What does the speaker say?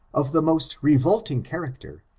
of the most re volting character,